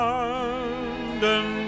London